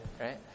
right